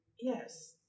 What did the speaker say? Yes